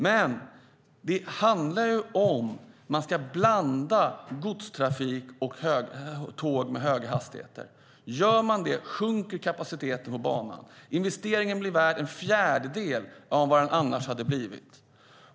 Men det handlar om att man ska blanda godstrafik och tåg med höga hastigheter. Gör man det sjunker kapaciteten på banan. Investeringen blir värd en fjärdedel av vad den annars hade blivit värd.